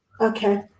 Okay